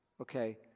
okay